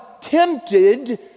tempted